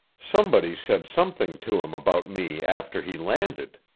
somebody said something to him about me after he landed.